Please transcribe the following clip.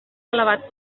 elevat